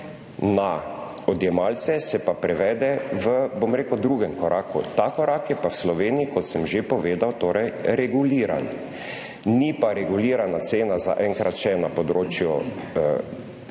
na odjemalce se pa prevede v, bom rekel, drugem koraku. Ta korak je pa v Sloveniji, kot sem že povedal, torej reguliran. Ni pa regulirana cena zaenkrat še na področju torej